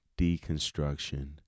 deconstruction